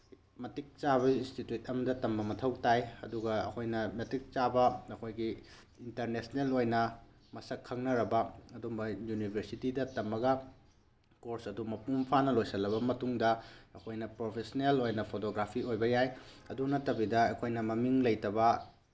ꯃꯇꯤꯛ ꯆꯥꯕ ꯏꯟꯁꯇꯤꯇ꯭ꯌꯨꯠ ꯑꯃꯗ ꯇꯝꯕ ꯃꯊꯧ ꯇꯥꯏ ꯑꯗꯨꯒ ꯑꯩꯈꯣꯏꯅ ꯃꯇꯤꯛ ꯆꯥꯕ ꯑꯩꯈꯣꯏꯒꯤ ꯏꯟꯇꯔꯅꯦꯁꯅꯦꯜ ꯑꯣꯏꯅ ꯃꯁꯛ ꯈꯪꯅꯔꯕ ꯑꯗꯨꯝꯕ ꯌꯨꯅꯤꯚꯔꯁꯤꯇꯤꯗ ꯇꯝꯃꯒ ꯀꯣꯔꯁ ꯑꯗꯨ ꯃꯄꯨꯡ ꯐꯥꯅ ꯂꯣꯏꯁꯤꯜꯂꯕ ꯃꯇꯨꯡꯗ ꯑꯩꯈꯣꯏꯅ ꯄ꯭ꯔꯣꯐꯦꯁꯅꯦꯜ ꯑꯣꯏꯅ ꯐꯣꯇꯣꯒ꯭ꯔꯥꯐꯤ ꯑꯣꯏꯕ ꯌꯥꯏ ꯑꯗꯨ ꯅꯠꯇꯕꯤꯗ ꯑꯩꯈꯣꯏꯅ ꯃꯃꯤꯡ ꯂꯩꯇꯕ